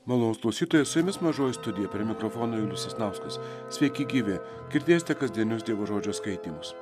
malonūs klausytojai su jumis mažoji studija prie mikrofono julius sasnauskas sveiki gyvi girdėsite kasdienius dievo žodžio skaitymus